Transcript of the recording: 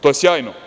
To je sjajno.